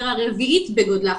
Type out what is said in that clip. העיר הרביעית בגודלה,